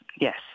Yes